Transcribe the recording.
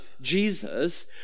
Jesus